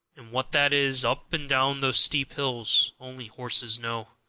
and what that is, up and down those steep hills, only horses know.